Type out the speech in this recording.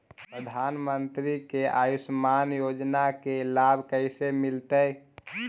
प्रधानमंत्री के आयुषमान योजना के लाभ कैसे मिलतै?